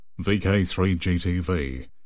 VK3GTV